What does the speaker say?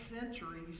centuries